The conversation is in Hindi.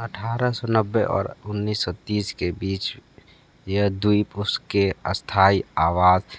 अठारह सौ नब्बे और उन्नीस सौ तीस के बीच यह द्वीप उसके स्थाई आवास